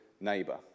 neighbor